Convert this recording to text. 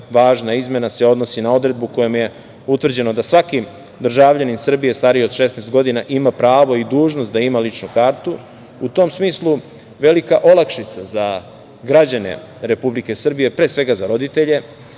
važna izmena se odnosi na odredbu kojom je utvrđeno da svaki državljanin Srbije stariji od 16 godina ima pravo i dužnost da ima ličnu kartu.U tom smislu velika olakšica za građane Republike Srbije, pre svega za roditelje